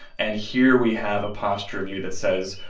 and here we have a posture review that says,